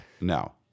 no